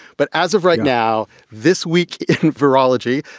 but as of right now, this week in virology,